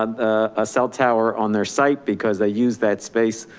a, cell tower on their site because they use that space.